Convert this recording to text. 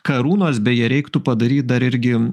karūnos beje reiktų padaryt dar irgi